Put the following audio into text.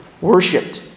worshipped